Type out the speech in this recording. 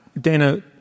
Dana